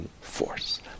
force